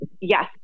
Yes